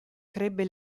crebbe